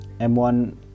M1